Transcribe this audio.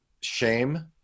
shame